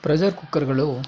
pressure ಕುಕ್ಕರ್ಗಳು